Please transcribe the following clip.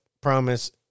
promise